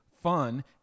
fun